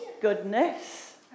Goodness